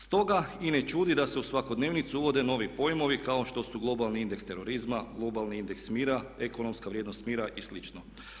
Stoga i ne čudi da se u svakodnevnicu uvode novi pojmovi kao što su globalni indeks terorizma, globalni indeks mira, ekonomska vrijednost mira i slično.